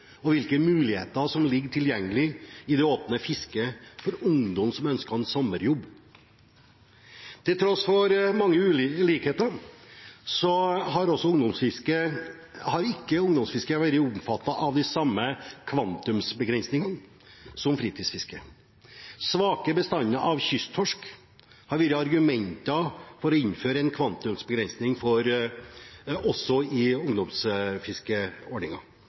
og hvilke muligheter som ligger tilgjengelig i det åpne fisket for ungdom som ønsker en sommerjobb. Til tross for mange likheter har ikke ungdomsfiske vært omfattet av de samme kvantumsbegrensningene som fritidsfiske. Svake bestander av kysttorsk har vært argumenter for å innføre en kvantumsbegrensning også i